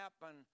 happen